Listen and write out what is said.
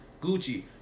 Gucci